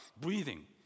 breathing